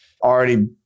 already